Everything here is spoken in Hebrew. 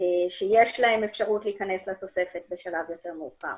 שיש להם אפשרות להיכנס לתוספת בשלב יותר מאוחר.